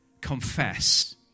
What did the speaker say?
confess